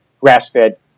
grass-fed